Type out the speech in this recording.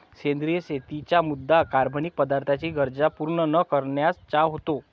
सेंद्रिय शेतीचा मुद्या कार्बनिक पदार्थांच्या गरजा पूर्ण न करण्याचा आहे